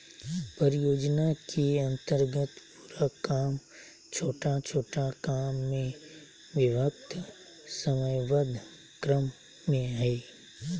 परियोजना के अन्तर्गत पूरा काम छोटा छोटा काम में विभक्त समयबद्ध क्रम में हइ